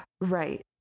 right